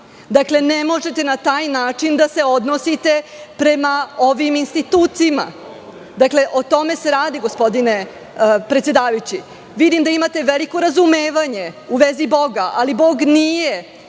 Ne možete na taj način da se odnosite prema ovim institutima. O tome se radi, gospodine predsedavajući. Vidim da imate veliko razumevanje u vezi Boga, ali Bog nije